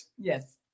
Yes